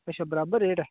अच्छा बराबर रेट ऐ